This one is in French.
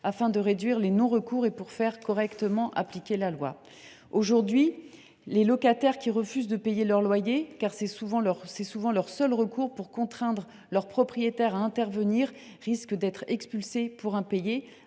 afin de réduire les non recours et faire correctement appliquer la loi. Aujourd’hui, les locataires qui refusent de payer leur loyer, car c’est souvent leur seul recours pour contraindre leur propriétaire à intervenir, risquent d’être expulsés pour impayé.